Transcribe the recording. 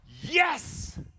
yes